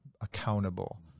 accountable